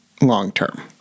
long-term